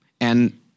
And-